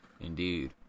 Indeed